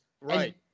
right